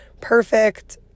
Perfect